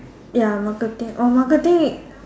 ya marketing oh marketing